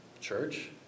Church